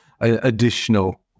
additional